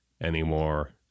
anymore